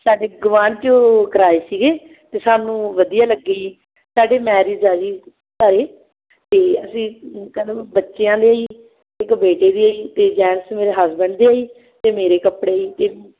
ਸਾਡੇ ਗਵਾਂਢ 'ਚੋਂ ਕਰਵਾਏ ਸੀਗੇ ਅਤੇ ਸਾਨੂੰ ਵਧੀਆ ਲੱਗੀ ਸਾਡੇ ਮੈਰਿਜ ਆ ਜੀ ਘਰ ਅਤੇ ਅਸੀਂ ਕਹਿ ਲਉ ਵੀ ਬੱਚਿਆਂ ਲਈ ਇੱਕ ਬੇਟੇ ਦੀ ਹੈ ਜੀ ਅਤੇ ਜੈਂਟਸ ਮੇਰੇ ਹਸਬੈਂਡ ਦੇ ਹੈ ਜੀ ਅਤੇ ਮੇਰੇ ਕੱਪੜੇ ਅਤੇ